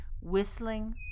whistling